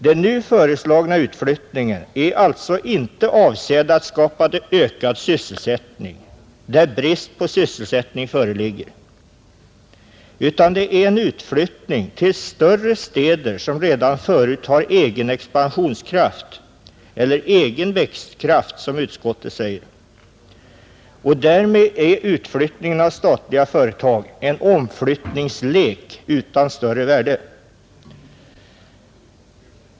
Den nu föreslagna utflyttningen är alltså inte avsedd att skapa ökad sysselsättning där brist på sysselsättning föreligger, utan den är en utflyttning till större städer som redan förut har egen expansionskraft, eller egen ”växtkraft”, som utskottet säger. Därmed är utflyttningen av statliga företag en omflyttningslek utan större värde.